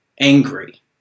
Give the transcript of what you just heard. angry